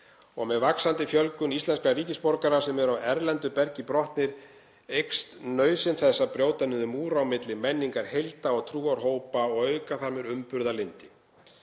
Með vaxandi fjölgun íslenskra ríkisborgara sem eru af erlendu bergi brotnir eykst nauðsyn þess að brjóta niður múra á milli menningarheilda og trúarhópa og auka þar með umburðarlyndi.